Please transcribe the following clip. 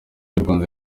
y’urwanda